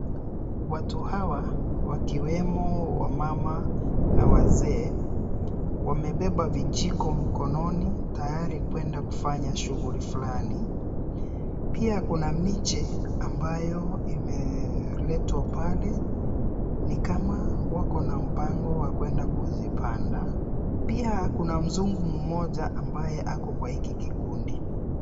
Watu hawa, wakiwemo wamama na wazee, wamebeba vijiko mkononi tayari kuenda kufanya shughuli fulani. Pia kuna miche ambayo imeletwa pale, ni kama wako na mpango wa kuenda kuzipanda. Pia kuna mzungu mmoja ambaye ako kwa hiki kikundi.